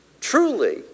truly